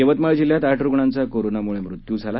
यवतमाळ जिल्ह्यात आठ रुग्णांचा कोरोनामुळे मृत्यू झाला